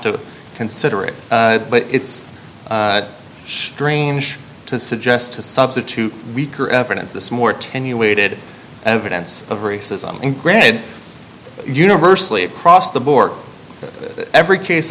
to consider it but it's strange to suggest to substitute weaker evidence this more tenure weighted evidence of racism and granted universally across the board every case